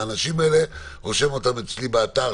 אני מבין נכון,